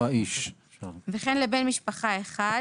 וכן לבן משפחה אחד